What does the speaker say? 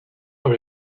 are